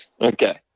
Okay